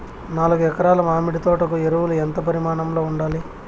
నాలుగు ఎకరా ల మామిడి తోట కు ఎరువులు ఎంత పరిమాణం లో ఉండాలి?